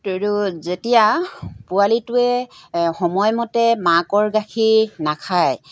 যেতিয়া পোৱালিটোৱে সময়মতে মাকৰ গাখীৰ নাখায়